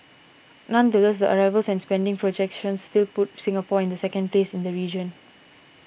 nonetheless the arrivals and spending projections still put Singapore in the second place in the region